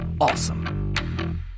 awesome